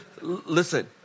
listen